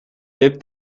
dip